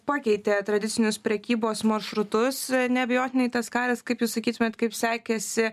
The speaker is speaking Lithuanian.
pakeitė tradicinius prekybos maršrutus neabejotinai tas karas kaip jūs sakytumėt kaip sekėsi